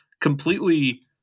completely –